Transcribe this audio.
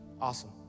awesome